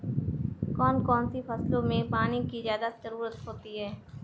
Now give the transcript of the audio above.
कौन कौन सी फसलों में पानी की ज्यादा ज़रुरत होती है?